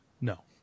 No